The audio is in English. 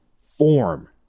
form